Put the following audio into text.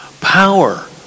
power